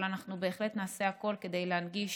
אבל בהחלט נעשה הכול כדי להנגיש